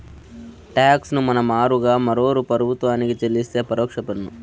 talks ను మన మారుగా మరోరూ ప్రభుత్వానికి చెల్లిస్తే పరోక్ష పన్ను